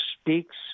speaks